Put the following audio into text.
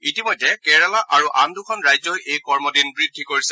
ইতিমধ্যে কেৰালা আৰু আন দুখন ৰাজ্যই এই কমদিন বৃদ্ধি কৰিছে